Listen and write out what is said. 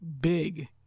big